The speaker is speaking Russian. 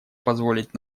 позволить